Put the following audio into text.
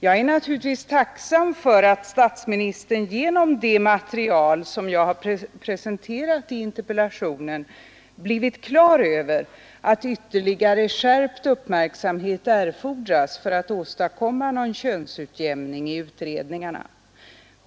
Jag är naturligtvis tacksam för att statsministern genom det material som jag har presenterat i interpellationen blivit på det klara med att ytterligare skärpt uppmärksamhet erfordras för att åstadkomma någon könsutjämning i utredningarna.